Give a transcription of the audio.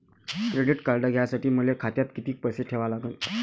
Credit card घ्यासाठी मले खात्यात किती पैसे ठेवा लागन?